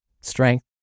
strength